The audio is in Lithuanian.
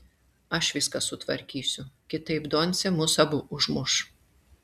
aš viską sutvarkysiu kitaip doncė mus abu užmuš